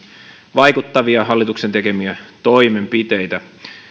vaikuttavia hallituksen tekemiä toimenpiteitä